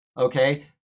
okay